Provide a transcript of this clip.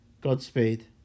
Godspeed